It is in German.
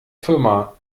firma